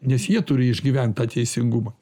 nes jie turi išgyvent tą teisingumą